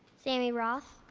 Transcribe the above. tammy roth.